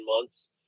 months